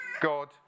God